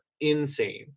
insane